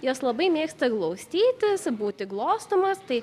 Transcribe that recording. jas labai mėgsta glaustytis būti glostomas tai